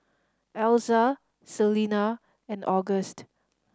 Elza Selena and August